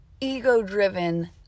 ego-driven